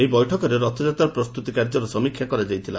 ଏହି ବୈଠକରେ ରଥଯାତ୍ରା ପ୍ରସ୍ତୁତି କାର୍ଯ୍ୟର ସମୀକ୍ଷା କରାଯାଇଛି